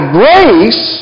grace